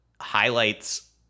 highlights